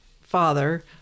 father